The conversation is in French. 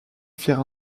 firent